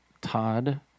Todd